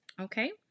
Okay